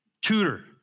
tutor